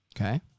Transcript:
Okay